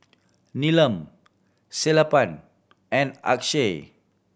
Neelam Sellapan and Akshay